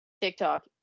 TikTok